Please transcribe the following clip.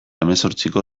hemezortziko